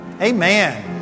Amen